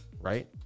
right